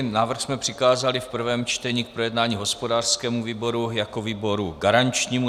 Návrh jsme přikázali v prvém čtení k projednání hospodářskému výboru jako výboru garančnímu.